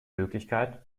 möglichkeit